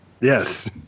Yes